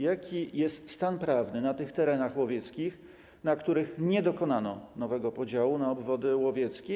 Jaki jest stan prawny na tych terenach łowieckich, na których nie dokonano nowego podziału na obwody łowieckie?